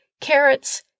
carrots